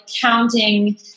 counting